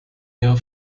ihrer